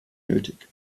nötig